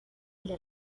إلى